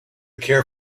care